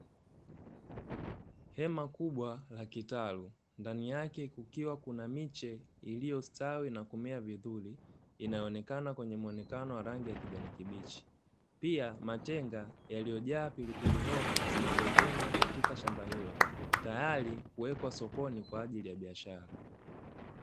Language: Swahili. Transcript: Hema kubwa la kitaalum ndani yake kukiwa kuna miche iliyostawi na kumea vizuri, inayoonekana kwenye muonekano wa rangi ya kijani kibichi, pia matenga yaliyojaa pilipili hoho zilizovunwa katika shamba hilo tayari kuwekwa sokoni kwa ajili ya biashara.